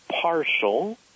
partial